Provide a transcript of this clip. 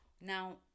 Now